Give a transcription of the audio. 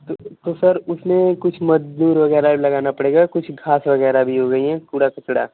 तो तो सर उसमें कुछ मजदूर वगैरह भी लगाना पड़ेगा कुछ घास वगैरह भी हो गई हैं कूड़ा कचड़ा